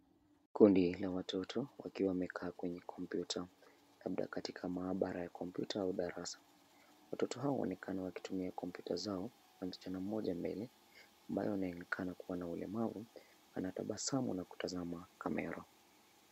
Kundi la watoto wakiwa wamekaa kwenye kompyuta labda katika maabara ya kompyuta au darasa. Watoto hawa wanaonekana wakitumia kompyuta zao na msichana mmoja mbele ambaye anaonekana kuwa na ulemavu anatabasamu na kutazama kamera.